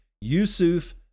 Yusuf